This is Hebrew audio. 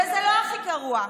וזה לא הכי גרוע.